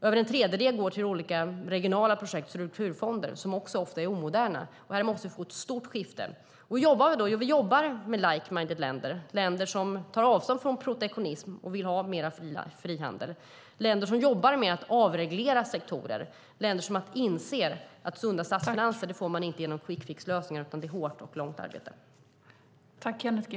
Över en tredjedel går till olika regionala projekt, strukturfonder, som ofta är omoderna. Här måste vi få ett stort skifte. Hur jobbar vi då? Jo, vi jobbar med likasinnade länder som tar avstånd från protektionism och vill ha mer frihandel. Det är länder som jobbar med att avreglera sektorer och som inser att man inte får sunda statsfinanser genom quick fix-lösningar utan genom hårt och långvarigt arbete.